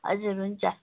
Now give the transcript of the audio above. हजुर हुन्छ